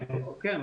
כן.